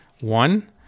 one